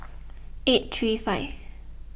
eight three five